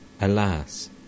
Alas